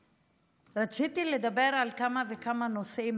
רציתי לדבר על כמה וכמה נושאים,